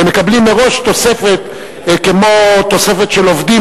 והם מקבלים מראש תוספת כמו תוספת של עובדים